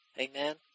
Amen